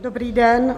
Dobrý den.